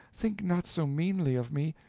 think not so meanly of me,